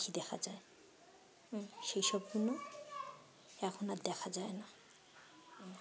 কি দেখা যায় হুম সেই সবগুলো এখন আর দেখা যায় না